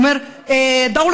הוא אומר: (אומרת